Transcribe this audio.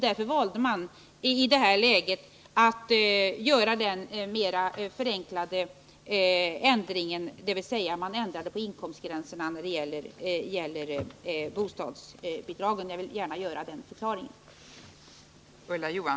Därför valde man i det läget att göra en mera förenklad ändring, dvs. man ändrade inkomstgränserna för bostadsbidragen. Jag vill gärna ge den förklaringen.